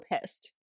pissed